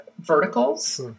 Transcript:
verticals